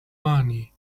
money